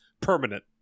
permanent